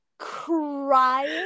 crying